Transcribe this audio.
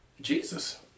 Jesus